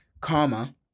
Karma